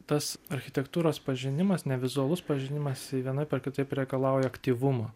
tas architektūros pažinimas nevizualus pažinimas vienaip ar kitaip reikalauja aktyvumo